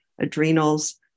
adrenals